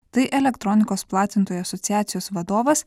tai elektronikos platintojų asociacijos vadovas